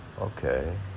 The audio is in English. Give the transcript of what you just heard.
Okay